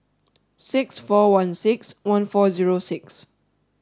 six four one six one four zero six